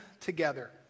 together